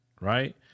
right